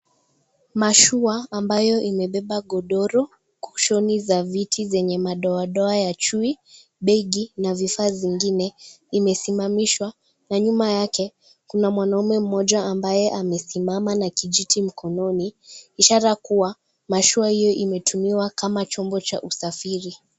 Mashua ambayo imebeba godoro, koshoni za viti zenye madoadoa ya chui, begi na vifaa zingine imesimamishwa na nyuma yake kuna mwanaume mmoja ambaye amesimama na kijiti mkononi, ishara kuwa mashua hio imetumiwa kama chombo cha usafiri.